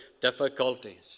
difficulties